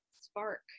spark